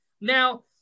Now